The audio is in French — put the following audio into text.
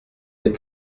des